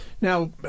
Now